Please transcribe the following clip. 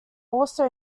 also